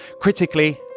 Critically